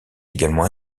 également